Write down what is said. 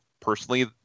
personally